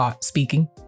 speaking